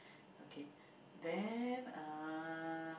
okay then uh